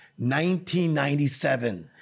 1997